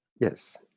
Yes